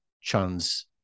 Chun's